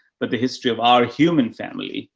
but the history of our human family.